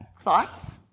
thoughts